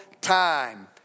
time